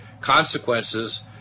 consequences